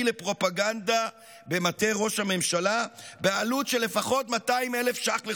לפרופגנדה במטה ראש הממשלה בעלות של לפחות 200,000 ש"ח לחודש,